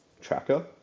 tracker